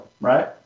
right